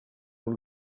els